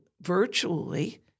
virtually